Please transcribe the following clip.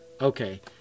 Okay